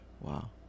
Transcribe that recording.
Wow